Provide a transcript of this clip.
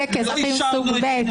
אזרחים סוג ב'.